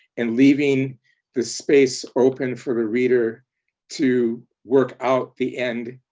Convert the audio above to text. and leaving the space open for the reader to work out the end,